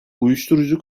uyuşturucu